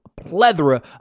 plethora